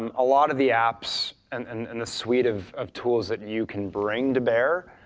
um a lot of the apps and and and the suite of of tools that you can bring to bear,